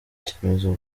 icyemezo